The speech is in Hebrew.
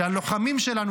שהלוחמים שלנו,